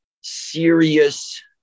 serious